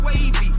wavy